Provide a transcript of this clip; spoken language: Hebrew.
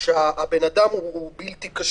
שהבן אדם בלתי כשיר.